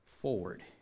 forward